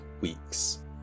weeks